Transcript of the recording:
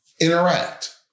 interact